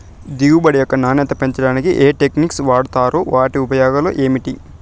దిగుబడి యొక్క నాణ్యత పెంచడానికి ఏ టెక్నిక్స్ వాడుతారు వాటి ఉపయోగాలు ఏమిటి?